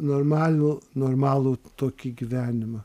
normalų normalų tokį gyvenimą